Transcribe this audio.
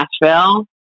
Nashville